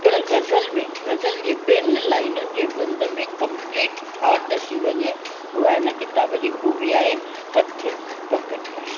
पर ग़ज़ल में ग़ज़ल जे ॿिनि लाइनियुनि जे बंद में कम्पलीट थाट अची वञे उहा इन किताब जी ख़ूबी आहे हथु पकिड़िजें